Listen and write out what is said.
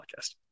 podcast